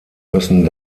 müssen